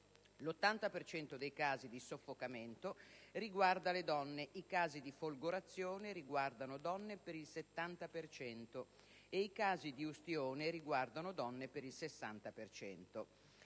cento dei casi di soffocamento riguarda le donne, i casi di folgorazione riguardano donne per il 70 per cento e i casi di ustione riguardano donne per il 60